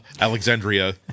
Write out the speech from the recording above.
Alexandria